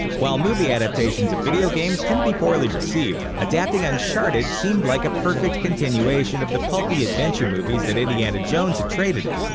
while movie adaptations of video games tend to be poorly received, received, adapting uncharted seemed like a perfect continuation of the pulpy adventure movies that indiana jones had traded in.